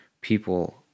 people